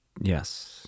Yes